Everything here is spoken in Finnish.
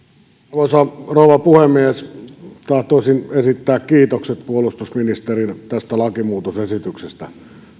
arvoisa rouva puhemies tahtoisin esittää kiitokset puolustusministerille tästä lakimuutosesityksestä